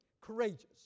courageous